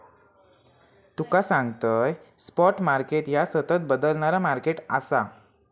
तुका सांगतंय, spot market ह्या सतत बदलणारा मार्केट आसा